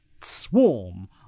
swarm